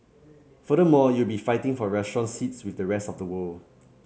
furthermore you will be fighting for restaurant seats with the rest of the world